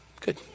good